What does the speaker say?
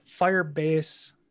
Firebase